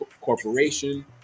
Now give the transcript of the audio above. corporation